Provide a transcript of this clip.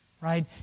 right